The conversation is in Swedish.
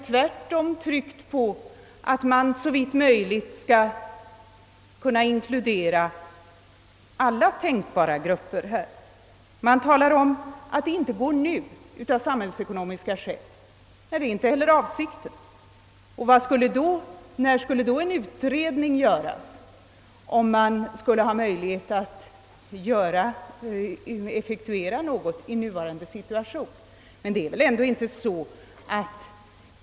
Tvärtom har det tryckts på att systemet såvitt möjligt skulle inkludera alla tänkbara grupper. Man talar vidare om att förslaget inte nu går att genomföra av samhällsekonomiska skäl. Nej, det är inte heller avsikten att det skall genomföras omedelbart. Men om man gör en utredning betyder det inte att man på samma gång måste ha möjlighet att effektuera ett eventuellt förslag.